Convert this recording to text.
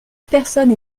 personne